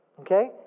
okay